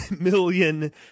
million